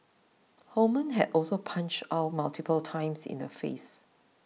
Holman had also punched Ow multiple times in the face